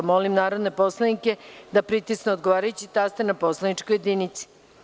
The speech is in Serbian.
Molim narodne poslanike da pritisnu odgovarajući taster na poslaničkoj jedinici.